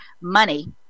money